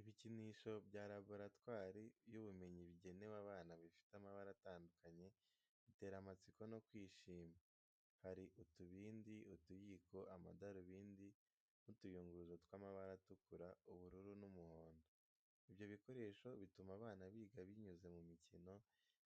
Ibikinisho bya laboratoire y’ubumenyi bigenewe abana bifite amabara atandukanye bitera amatsiko no kwishima. Hari utubindi, utuyiko, amadarubindi n’utuyunguruzo tw’amabara atukura, ubururu n’umuhondo. Ibyo bikoresho bituma abana biga binyuze mu mikino,